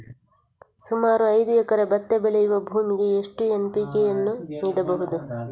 ಸುಮಾರು ಐದು ಎಕರೆ ಭತ್ತ ಬೆಳೆಯುವ ಭೂಮಿಗೆ ಎಷ್ಟು ಎನ್.ಪಿ.ಕೆ ಯನ್ನು ನೀಡಬಹುದು?